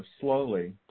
slowly